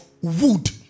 Wood